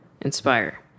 inspire